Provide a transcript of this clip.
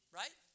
right